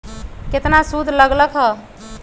केतना सूद लग लक ह?